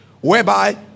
Whereby